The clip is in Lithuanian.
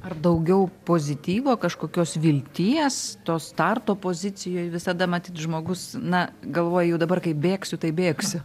ar daugiau pozityvo kažkokios vilties to starto pozicijoj visada matyt žmogus na galvoja jau dabar kai bėgsiu tai bėgsiu